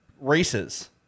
races